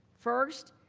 first,